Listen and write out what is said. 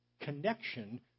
connection